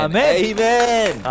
Amen